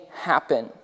happen